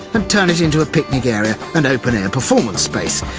um turn it into a picnic area and open-air performance space,